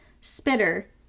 spitter